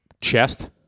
chest